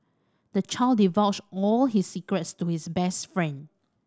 the child divulged all his secrets to his best friend